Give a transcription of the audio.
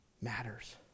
matters